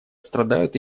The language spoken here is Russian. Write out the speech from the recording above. страдают